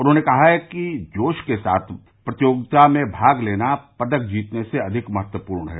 उन्होंने कहा है कि जोश के साथ प्रतियोगिताओं में भाग लेना पदक जीतने से अधिक महत्वपूर्ण है